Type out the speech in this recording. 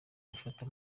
afata